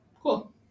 Cool